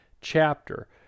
chapter